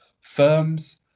firms